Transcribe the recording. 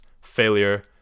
failure